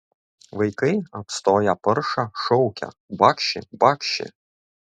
vaikai apstoję paršą šaukia bakši bakši